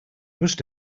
must